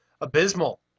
abysmal